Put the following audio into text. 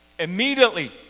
Immediately